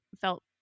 felt